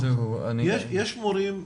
יש מורים,